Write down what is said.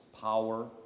power